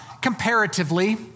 comparatively